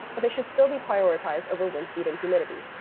but they should still be prioritized over wind speed and humidity.